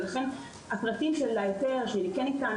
לכן הפרטים של ההיתר כן ניתן,